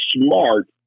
smart